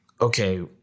okay